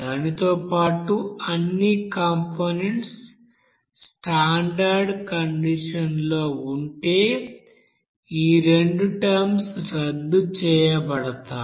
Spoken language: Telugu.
దానితో పాటు అన్ని కంపోనెంట్స్ స్టాండర్డ్ కండిషన్ లో ఉంటే ఈ రెండు టర్మ్స్ రద్దు చేయబడతాయి